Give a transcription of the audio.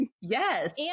Yes